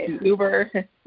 Uber